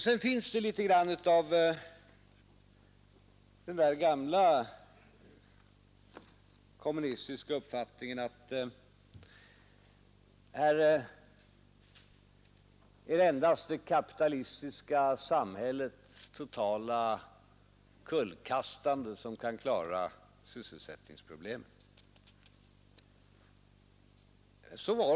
Sedan finns det litet av den gamla kommunistiska uppfattningen att det är endast det kapitalistiska samhällets totala kullkastande som kan klara sysselsättningsproblemen.